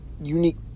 unique